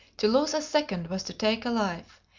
to lose a second was to take a life,